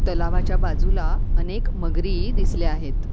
तलावाच्या बाजूला अनेक मगरी दिसल्या आहेत